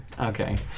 Okay